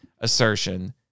assertion